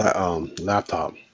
laptop